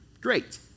Great